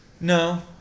No